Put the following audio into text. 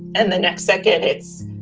and the next second it's,